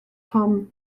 tom